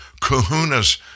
kahunas